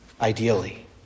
ideally